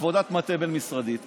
עבודת מטה בין-משרדית,